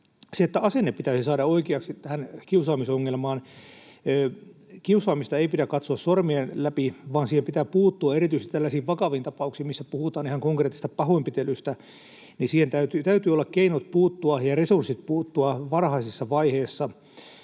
nojalla. Asenne pitäisi saada oikeaksi tähän kiusaamisongelmaan. Kiusaamista ei pidä katsoa sormien läpi, vaan siihen pitää puuttua. Erityisesti tällaisiin vakaviin tapauksiin, missä puhutaan ihan konkreettisesta pahoinpitelystä, täytyy olla keinot ja resurssit puuttua varhaisessa vaiheessa.